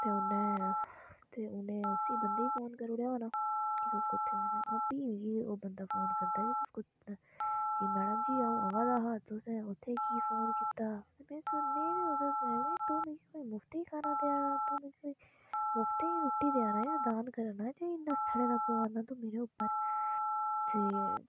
ते उ'नें ते उ'नें उसी बंदे गी फोन करी ओड़ेआ होना कि तुस कुत्थै गेदे फ्ही ओह् बंदा फोन करदा कि मैडम जी अ'ऊं आवै दा हा तुसें उत्थै की फोन कीता में सुनने गी तू मिगी मुफ्ते दी गालां देआ दा हा तू मिगी मुफ्ते दी रुट्टी देआ दा कोई स्हान करै दे केह् इन्ना सड़े दा पवै ना तू मेरे उप्पर फ्ही